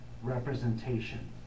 representation